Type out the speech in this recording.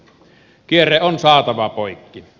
kierre on saatava poikki